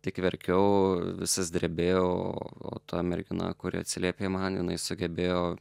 tik verkiau visas drebėjau o ta mergina kuri atsiliepė man jinai sugebėjo